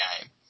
game